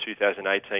2018